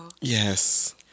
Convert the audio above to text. Yes